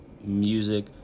music